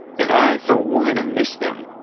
and i, for one, miss them.